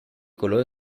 coloro